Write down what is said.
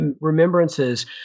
remembrances